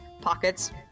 pockets